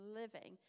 living